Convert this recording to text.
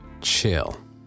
chill